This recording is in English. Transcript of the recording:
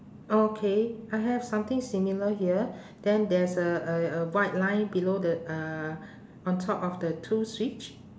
okay I have something similar here then there's a a a white line below the uh on top of the two switch